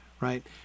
right